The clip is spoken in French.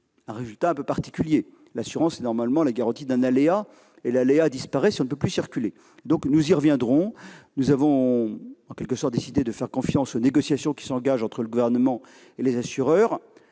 des résultats pour le moins singuliers. L'assurance est normalement la garantie d'un aléa, et l'aléa disparaît si l'on ne peut plus circuler ... Nous avons en quelque sorte décidé de faire confiance aux négociations qui s'engagent entre le Gouvernement et les assureurs.